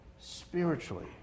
spiritually